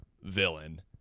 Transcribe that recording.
villain